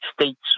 states